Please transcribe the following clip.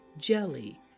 jelly